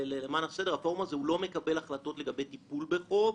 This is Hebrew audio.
הפורום הזה לא מקבל החלטות לגבי טיפול בחוב,